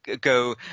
go